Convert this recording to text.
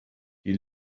die